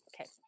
Okay